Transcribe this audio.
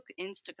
Instagram